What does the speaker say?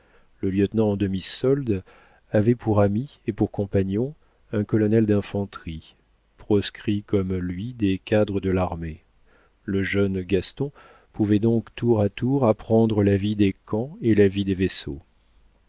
le lieutenant en demi-solde avait pour ami et pour compagnon un colonel d'infanterie proscrit comme lui des cadres de l'armée le jeune gaston pouvait donc tour à tour apprendre la vie des camps et la vie des vaisseaux